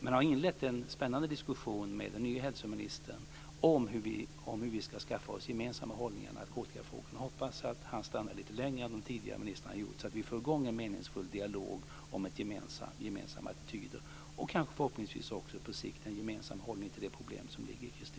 Jag har inlett en spännande diskussion med den nye hälsoministern om hur vi ska skaffa oss gemensamma hållningar i narkotikafrågan. Jag hoppas att han stannar lite längre än de tidigare ministrarna har gjort, så att vi får i gång en meningsfull dialog om gemensamma attityder och förhoppningsvis på sikt också en gemensam hållning till det problem som ligger i